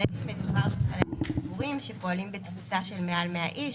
אבל באופן כללי מדובר על אירועים שפועלים בתפוסה של מעל 100 איש,